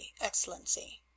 Excellency